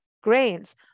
grains